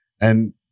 And-